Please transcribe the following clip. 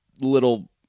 little